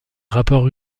rapports